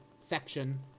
section